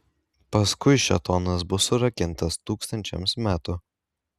paskui šėtonas bus surakintas tūkstančiams metų